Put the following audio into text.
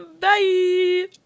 Bye